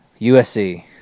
USC